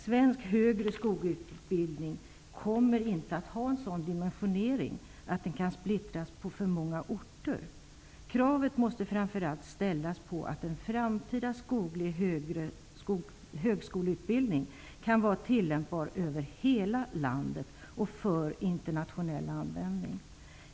Svensk högre skogsutbildning kommer inte att ha den dimensioneringen att den kan splittras på för många orter. Krav måste framför allt ställas på att den framtida utbildningen kan tillämpas över hela landet, med internationell användning.